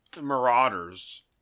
marauders